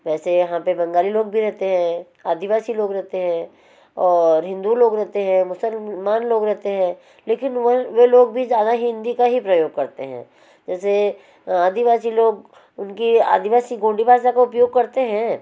वैसे यहाँ पे बंगाली लोग भी रहते हैं आदिवासी लोग रहते हैं और हिन्दू लोग रहते हैं मुसलमान लोग रहते हैं लेकिन वह वे लोग भी ज़्यादा हिंदी का ही प्रयोग करते हैं जैसे आदिवासी लोग उनकी आदिवासी गोंडी भाषा का उपयोग करते हैं